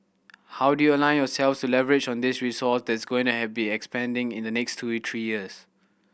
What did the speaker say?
how do you align yourselves to leverage on this resource that's going to have been expanding in the next two three years